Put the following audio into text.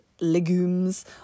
legumes